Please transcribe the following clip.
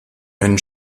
einen